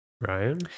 Ryan